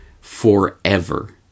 forever